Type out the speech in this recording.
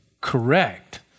correct